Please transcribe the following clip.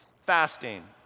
Fasting